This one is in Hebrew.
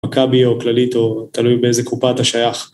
מכבי או כללית, או תלוי באיזה קופה אתה שייך.